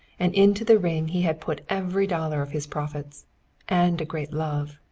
and into the ring he had put every dollar of his profits and a great love,